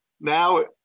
Now –